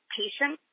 patient